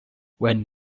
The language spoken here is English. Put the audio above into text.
when